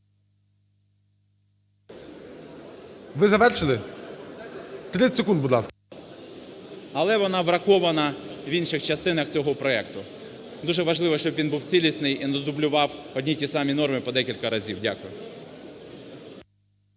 Ви завершили? 30 секунд, будь ласка. 11:03:52 ВІННИК І.Ю. Але вона врахована в інших частинах цього проекту. Дуже важливо, щоб він був цілісний і не дублював одні ті самі норми по декілька разів. Дякую.